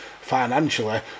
financially